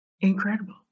Incredible